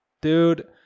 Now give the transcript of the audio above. dude